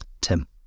Tim